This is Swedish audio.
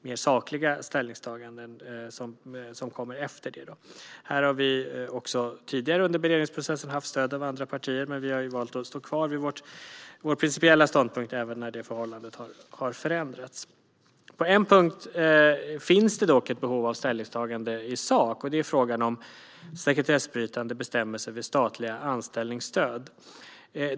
Mer sakliga ställningstaganden kan komma därefter. Här har vi tidigare under beredningsprocessen haft stöd av andra partier men valt att stå kvar vid vår principiella ståndpunkt även när det förhållandet har förändrats. En punkt där det dock finns ett behov av ställningstagande i sak är frågan om sekretessbrytande bestämmelser vid statliga anställningsstöd.